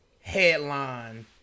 headline